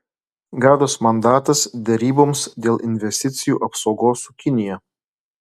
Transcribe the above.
gautas mandatas deryboms dėl investicijų apsaugos su kinija